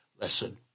lesson